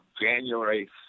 January